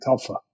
tougher